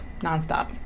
nonstop